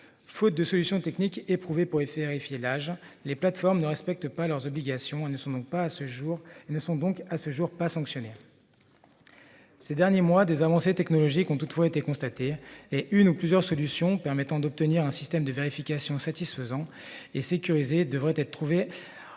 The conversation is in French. Faute de solution techniques éprouvées pour effet vérifier l'âge les plateformes ne respectent pas leurs obligations ne sont donc pas à ce jour, ils ne sont donc, à ce jour pas sanctionner. Ces derniers mois des avancées technologiques ont toutefois été constatés et une ou plusieurs solutions permettant d'obtenir un système de vérification satisfaisant et sécurisé devrait être trouvé un moyenne